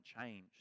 changed